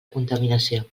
contaminació